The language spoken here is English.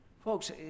Folks